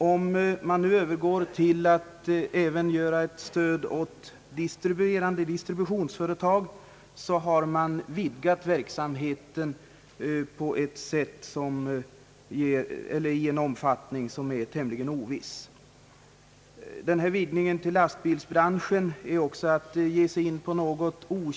Om man nu övergår till att även inrätta ett stöd åt distributionsföretag, har man vidgat verksamheten i en oviss omfattning. Utvidgningen till lastbilsbranschen innebär också att man ger sig in på vanskligheter.